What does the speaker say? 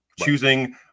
choosing